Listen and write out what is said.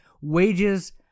Wages